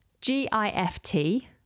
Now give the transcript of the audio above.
G-I-F-T